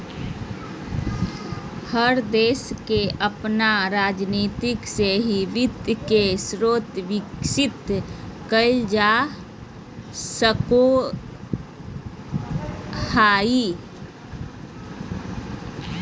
हर देश के अपन राजनीती से ही वित्त के स्रोत विकसित कईल जा सको हइ